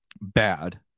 bad